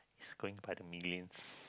it's going by the millions